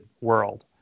world